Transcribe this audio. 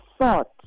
thought